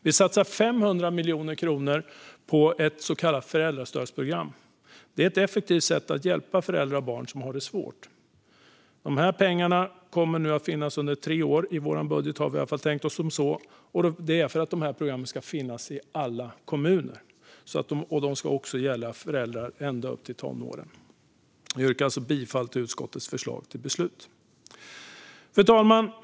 Vi satsar 500 miljoner kronor på ett så kallat föräldrastödsprogram. Det är ett effektivt sätt att hjälpa föräldrar och barn som har det svårt. Pengarna kommer att finnas under tre år - i vår budget har vi tänkt det så - och det är för att programmen ska finnas i alla kommuner. De ska gälla föräldrar med barn ända upp i tonåren. Jag yrkar alltså bifall till utskottets förslag till beslut. Fru talman!